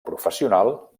professional